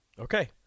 Okay